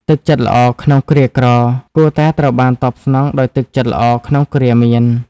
ទឹកចិត្តល្អក្នុងគ្រាក្រ គួរតែត្រូវបានតបស្នងដោយទឹកចិត្តល្អក្នុងគ្រាមាន។